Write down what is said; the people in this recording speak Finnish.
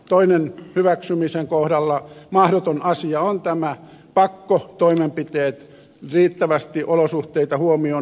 toinen hyväksymisen kohdalla mahdoton asia ovat nämä pakkotoimenpiteet riittävästi olosuhteita huomioon ottamatta